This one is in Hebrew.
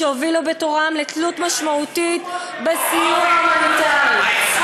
ואלה הובילו בתורם לתלות משמעותית בסיוע ההומניטרי.